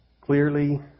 Clearly